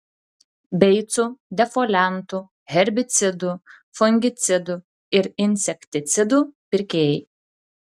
beicų defoliantų herbicidų fungicidų ir insekticidų pirkėjai